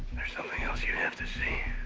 there's something else you have to see.